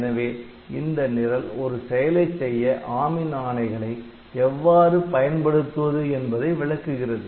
எனவே இந்த நிரல் ஒரு செயலைச் செய்ய ARM ன் ஆணைகளை எவ்வாறு பயன்படுத்துவது என்பதை விளக்குகிறது